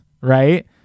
right